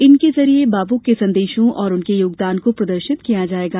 इनके जरिए बापू के संदेशों और उनके योगदान को प्रदर्शित किया जायेगा